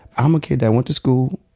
um a kid that went to school,